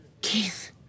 Keith